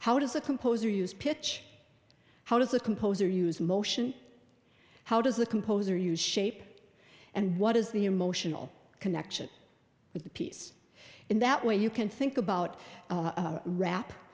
how does a composer use pitch how does a composer use motion how does the composer use shape and what is the emotional connection with the piece in that way you can think about